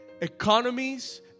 Economies